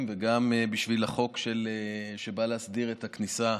וגם בשביל החוק שבא להסדיר את הכניסה,